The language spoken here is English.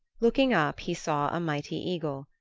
looking up, he saw a mighty eagle,